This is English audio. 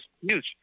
huge